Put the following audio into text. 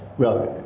well